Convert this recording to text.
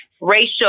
racial